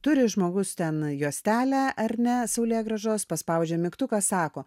turi žmogus ten juostelę ar ne saulėgrąžos paspaudžia mygtuką sako